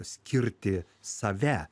skirti save